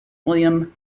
william